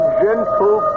gentle